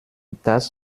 dass